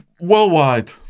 worldwide